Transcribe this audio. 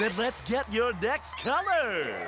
let's get your next color.